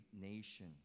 nation